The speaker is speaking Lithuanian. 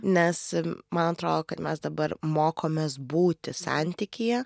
nes man atrodo kad mes dabar mokomės būti santykyje